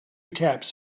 taps